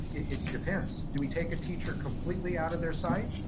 it depends. do we take a teacher completely out of their site,